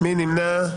מי נמנע?